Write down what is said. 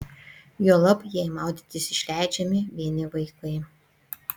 juolab jei maudytis išleidžiami vieni vaikai